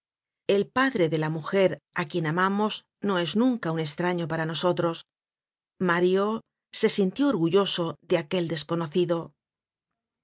el padre de la mujer á quien amamos no es nunca un estraño para nosotros mario se sintió orgulloso de aquel desconocido